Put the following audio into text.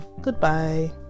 Goodbye